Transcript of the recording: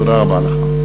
תודה רבה לך.